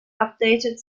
updated